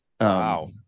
Wow